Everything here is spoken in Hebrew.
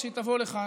כשהיא תבוא לכאן.